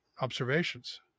observations